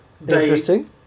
interesting